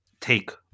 take